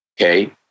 Okay